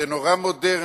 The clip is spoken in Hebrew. נורא מודרני,